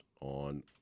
on